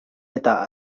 eta